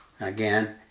Again